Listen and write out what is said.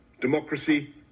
democracy